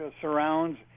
surrounds